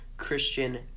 Christian